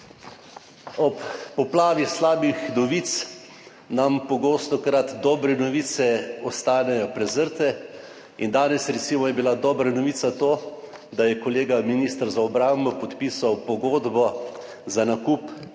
Ob poplavi slabih novic pogostokrat dobre novice ostanejo prezrte. Danes, recimo, je bila dobra novica to, da je kolega minister za obrambo podpisal pogodbo za nakup